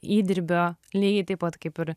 įdirbio lygiai taip pat kaip ir